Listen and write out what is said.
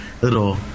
little